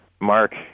Mark